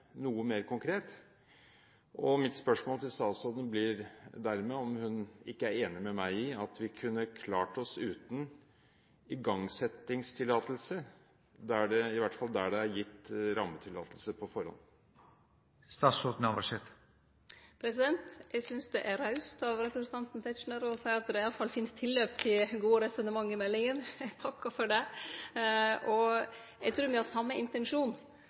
noe mer konkret. Mitt spørsmål til statsråden blir dermed om hun er enig med meg i at vi kunne klart oss uten igangsettingstillatelse, i hvert fall der det er gitt rammetillatelse på forhånd? Eg synest det er raust av representanten Tetzschner å seie at det i alle fall finst tilløp til gode resonnement i meldinga. Eg takkar for det. Eg trur me har same intensjon.